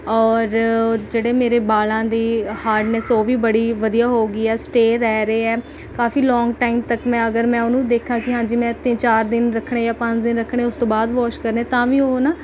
ਔਰ ਜਿਹੜੇ ਮੇਰੇ ਬਾਲਾਂ ਦੀ ਹਾਰਡਨੈੱਸ ਉਹ ਵੀ ਬੜੀ ਵਧੀਆ ਹੋ ਗਈ ਹੈ ਸਟੇਅ ਰਹਿ ਰਹੇ ਹੈ ਕਾਫੀ ਲੌਂਗ ਟਾਈਮ ਤੱਕ ਮੈਂ ਅਗਰ ਮੈਂ ਉਹਨੂੰ ਦੇਖਾਂ ਕਿ ਹਾਂਜੀ ਮੈਂ ਤਿੰਨ ਚਾਰ ਦਿਨ ਰੱਖਣੇ ਜਾਂ ਪੰਜ ਦਿਨ ਰੱਖਣੇ ਉਸ ਤੋਂ ਬਾਅਦ ਵੋਸ਼ ਕਰਨੇ ਤਾਂ ਵੀ ਉਹ ਨਾ